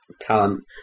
Talent